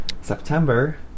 September